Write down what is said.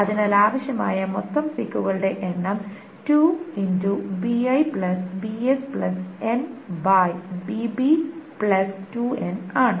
അതിനാൽ ആവശ്യമായ മൊത്തം സീക്കുകളുടെ എണ്ണം ആണ്